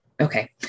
Okay